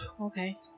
Okay